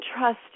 trust